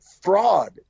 fraud